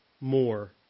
more